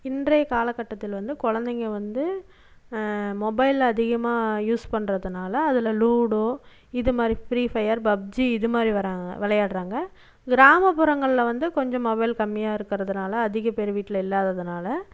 இன்றைய காலக்கட்டத்தில் வந்து குழந்தைங்க வந்து மொபைல் அதிகமாக யூஸ் பண்ணுறதுனால அதில் லூடோ இதுமாதிரி ஃப்ரீஃபயர் பப்ஜி இதுமாதிரி வராங்க விளையாடுறாங்க கிராமப்புறங்களில் வந்து கொஞ்சம் மொபைல் கம்மியாக இருக்கிறதுனால அதிகம் பேர் வீட்டில் இல்லாததுனால